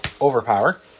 overpower